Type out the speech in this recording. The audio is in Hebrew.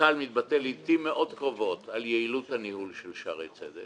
המנכ"ל מתבטא לעתים מאוד קרובות על יעילות הניהול של שערי צדק